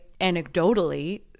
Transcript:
anecdotally